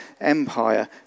Empire